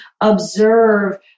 observe